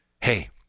Hey